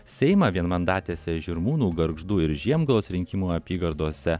seimą vienmandatėse žirmūnų gargždų ir žiemgalos rinkimų apygardose